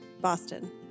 Boston